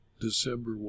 December